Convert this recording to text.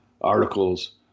articles